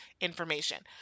information